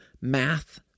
math